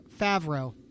Favreau